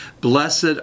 Blessed